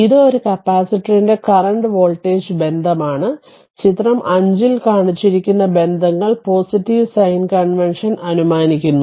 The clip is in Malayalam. ഇത് ഒരു കപ്പാസിറ്ററിന്റെ കറന്റ് വോൾട്ടേജ് ബന്ധമാണ് ചിത്രം 5 ൽ കാണിച്ചിരിക്കുന്ന ബന്ധങ്ങൾ പോസിറ്റീവ് സൈൻ കൺവെൻഷൻ അനുമാനിക്കുന്നു